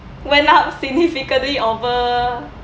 went up significantly over